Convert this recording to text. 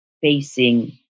facing